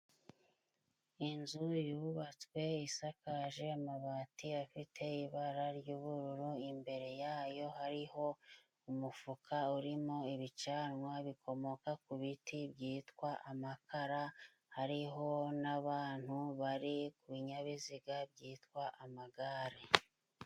Inzu yubatswe isakaje amabati afite ibara ry'ubururu, imbere yayo hariho umufuka urimo ibicanwa bikomoka ku biti byitwa amakara hariho n'abantu bari ku binyabiziga byitwa amagare.